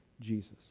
Jesus